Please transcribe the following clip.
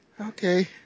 Okay